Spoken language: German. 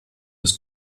bis